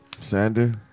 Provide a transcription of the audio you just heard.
Sander